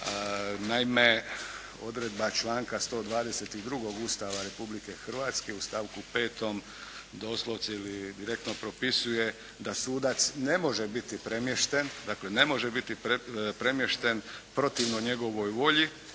Naime odredba članka 122. Ustava Republike Hrvatske u stavku 5. doslovce ili direktno propisuje da sudac ne može biti premješten, dakle ne može